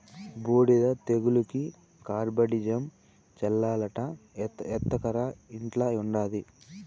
బూడిద తెగులుకి కార్బండిజమ్ చల్లాలట ఎత్తకరా ఇంట్ల ఉండాది